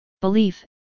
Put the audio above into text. Belief